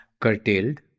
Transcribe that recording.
curtailed